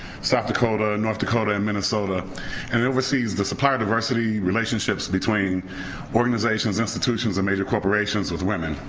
south dakota, north dakota and minnesota and oversees the supplier diversity relationships between organizations, institutions and major corporations, with women.